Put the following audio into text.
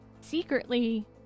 secretly